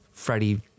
Freddie